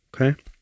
Okay